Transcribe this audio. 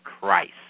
Christ